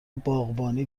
باغبانی